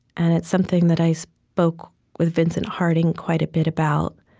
and it's something that i spoke with vincent harding quite a bit about.